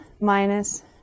minus